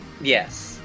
Yes